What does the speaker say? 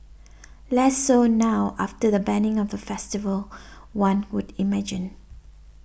less so now after the banning of the festival one would imagine